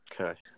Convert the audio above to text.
Okay